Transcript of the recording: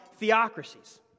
theocracies